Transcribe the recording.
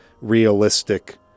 realistic